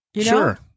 Sure